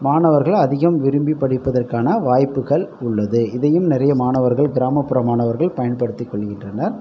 மாணவர்கள் அதிகம் விரும்பி படிப்பதற்கான வாய்ப்புகள் உள்ளது இதையும் நிறைய மாணவர்கள் கிராமப்புற மாணவர்கள் பயன்படுத்தி கொள்கின்றனர்